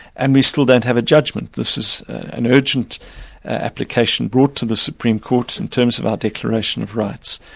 and we still don't have a judgment. this is an urgent application brought to the supreme court in terms of our declaration of rights,